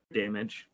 damage